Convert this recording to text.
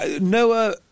Noah